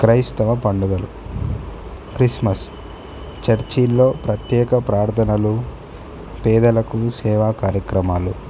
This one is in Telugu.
క్రైస్తవ పండుగలు క్రిస్మస్ చర్చిల్లో ప్రత్యేక ప్రార్థనలు పేదలకు సేవా కార్యక్రమాలు